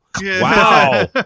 Wow